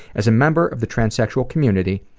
as a member of the transsexual community,